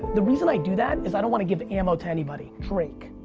the reason i do that is i don't want to give ammo to anybody. drake,